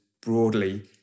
broadly